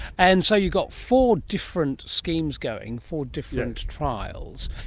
and so you've got four different schemes going, four different trials.